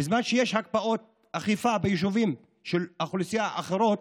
בזמן שיש הקפאות אכיפה ביישובים של אוכלוסיות אחרות,